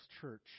church